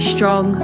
Strong